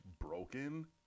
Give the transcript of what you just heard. broken